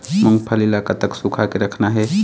मूंगफली ला कतक सूखा के रखना हे?